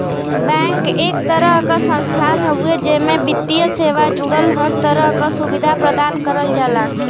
bank एक तरह क संस्थान हउवे जेमे वित्तीय सेवा जुड़ल हर तरह क सुविधा प्रदान करल जाला